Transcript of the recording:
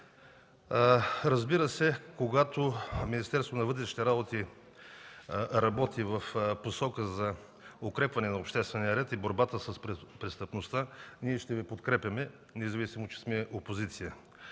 Разбира се, когато Министерството на вътрешните работи работи в посока за укрепване на обществения ред и борбата с престъпността, ние ще Ви подкрепяме, независимо че сме опозиция.